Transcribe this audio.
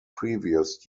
previous